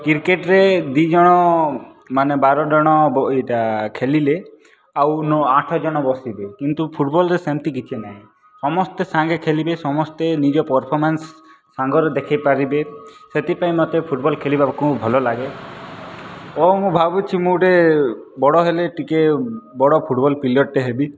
କ୍ରିକେଟରେ ଦୁଇ ଜଣ ମାନେ ବାରଜଣ ବ ଏଇଟା ଖେଲିଲେ ଆଉ ନଅ ଆଠ ଜଣ ବସିବେ କିନ୍ତୁ ଫୁଟବଲରେ ସେମତି କିଛି ନାହିଁ ସମସ୍ତେ ସାଙ୍ଗେ ଖେଲିବେ ସମସ୍ତେ ନିଜ ପରଫମାନ୍ସ ସାଙ୍ଗରେ ଦେଖେଇ ପାରିବେ ସେଥିପାଇଁ ମୋତେ ଫୁଟବଲ୍ ଖେଲିବାକୁ ଭଲ ଲାଗେ ଓ ମୁଁ ଭାବୁଛି ମୁଁ ଗୋଟେ ବଡ଼ ହେଲେ ଟିକିଏ ବଡ଼ ଫୁଟବଲ୍ ପିଲରଟେ ହେବି